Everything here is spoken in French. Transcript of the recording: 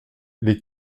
les